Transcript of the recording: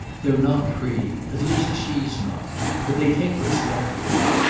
they're not free at least she's not but they take what's left to them.